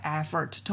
effort